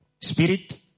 spirit